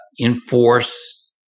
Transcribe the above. enforce